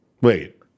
wait